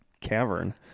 cavern